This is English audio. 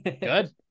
Good